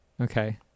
Okay